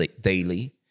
daily